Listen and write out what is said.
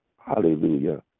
Hallelujah